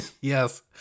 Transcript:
Yes